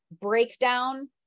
breakdown